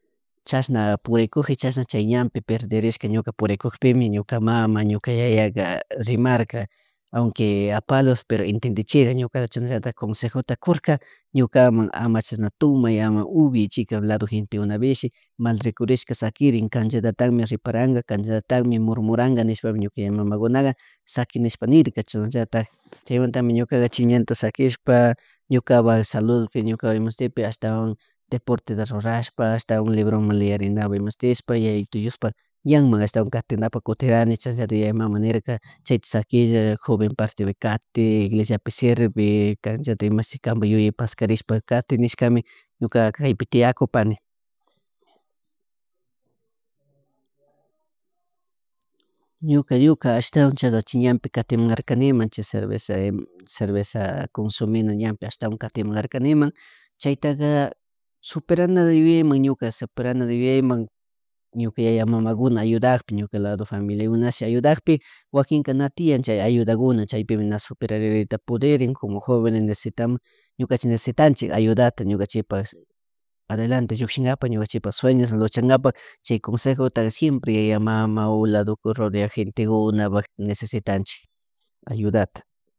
Chasna purikuji chasna chay ñan perdererishka ñuka prurikukpimi ñuka mama ñuka yayaka rimarka auque a palos pero entendichirka ñukacha chasnallatak consejoto kurka yukaman ama chashna tumay ama ubiay chi chay cay lado gentepishi mal rikurishka sakirin canllatatakmi reparanka canllatatakmi murmuranka nishpa ñuka yaya mamakunka saqui nishpa nirka chasnallatak chaymantami ñuka chay ñanta sakishpa ñukapak salud ñuka imashpik ashtawan deporteta rurashpa ashatawan librowan leyeriwan imashtishpa yayitu Diospak ñanman ashtawan katinakapuk kutik kani chashnata yaya mama nirka chayta saquilla joven partepi kati iglesiapi sirvi canllaltik imashi kanpak yuyay pascarishpa kati nishkami ñuka kaypi tiyakupani. Ñuka ñuka ashtawan cha chay ñanpi katimun karnimi chay cerveza ima cerveza comsumina ñanpi ashtawan katimunkarniman chayta superanata yuyaymun yuka superananta yuyaymun yuka yaya mamakuna ayudakpi ñuka lado familiakunashi ayudakpi wakinka na tian chay ayudakuna chaypi na superakrinita pudenrin como jovenes encesitamos ñucnachik necesitanchik ayudata ñuaknchikpak adelante llukshinkapak sueños luchankanpak chay consejotaka siempre yaya mama o lado rodea gentekunapak necesitanchik ayudata